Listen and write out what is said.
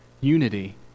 unity